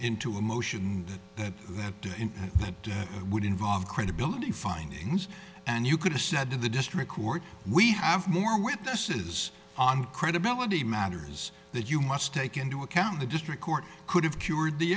into a motion that day and that would involve credibility findings and you could have said to the district court we have more witnesses on credibility matters that you must take into account the district court could have cured the